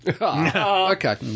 Okay